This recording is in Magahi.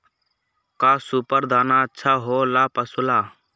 का सुपर दाना अच्छा हो ला पशु ला?